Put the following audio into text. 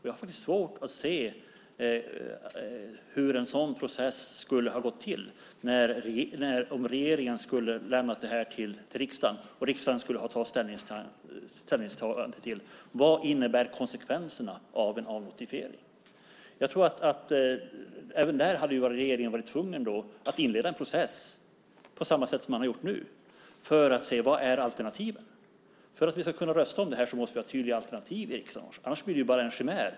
Jag har svårt att se hur en sådan process skulle ha gått till om regeringen hade lämnat det till riksdagen och riksdagen skulle ha tagit ställning till vad konsekvenserna blir av en avnotifiering. Även där hade regeringen varit tvungen att inleda en process, på samma sätt som man har gjort nu, för att se vad alternativen är. För att vi ska kunna rösta om det här måste vi ha tydliga alternativ i riksdagen - annars blir det bara en chimär.